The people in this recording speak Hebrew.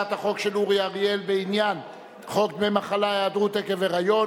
ההצעה להעביר את הצעת חוק דמי מחלה (היעדרות עקב הריון